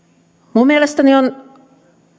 minun mielestäni on